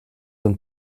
und